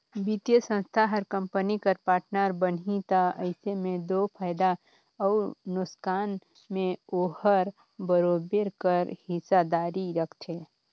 बित्तीय संस्था हर कंपनी कर पार्टनर बनही ता अइसे में दो फयदा अउ नोसकान में ओहर बरोबेर कर हिस्सादारी रखथे